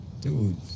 Dude